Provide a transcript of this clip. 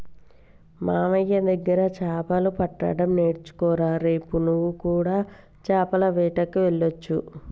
మామయ్య దగ్గర చాపలు పట్టడం నేర్చుకోరా రేపు నువ్వు కూడా చాపల వేటకు వెళ్లొచ్చు